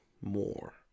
more